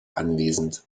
anwesend